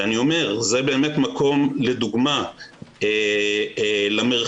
וזה באמת מקום לדוגמה "למרחבים".